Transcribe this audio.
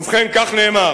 ובכן, כך נאמר: